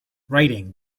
writing